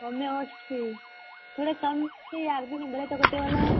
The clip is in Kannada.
ಒಮ್ಮೆ ಅಷ್ಟು ರೀ ತೋಡೆ ಕಮ್ ಯಾವಾಗಲೂ ನಿಂಬಲೆ ತಗೊತೀವಲ್ಲ